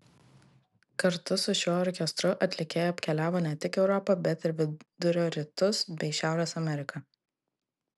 kartu su šiuo orkestru atlikėja apkeliavo ne tik europą bet ir vidurio rytus bei šiaurės ameriką